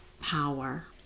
power